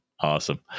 Awesome